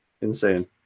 insane